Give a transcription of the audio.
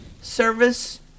service